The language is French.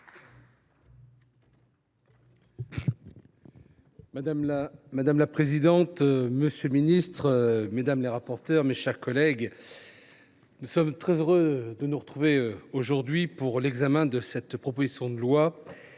Madame la présidente, monsieur le ministre, mes chers collègues, nous sommes très heureux de nous retrouver aujourd’hui pour l’examen de cette proposition de loi.